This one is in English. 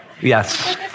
Yes